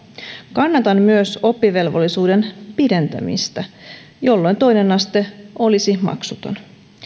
kannatan myös oppivelvollisuuden pidentämistä jolloin toinen aste olisi maksuton